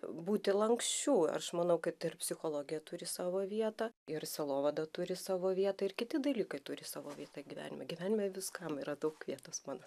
būti lanksčiu aš manau kad ir psichologija turi savo vietą ir sielovada turi savo vietą ir kiti dalykai turi savo vietą gyvenime gyvenime viskam yra daug vietos man